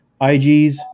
IGs